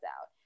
out